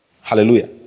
Hallelujah